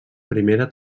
primera